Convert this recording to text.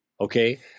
Okay